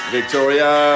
Victoria